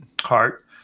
heart